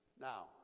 Now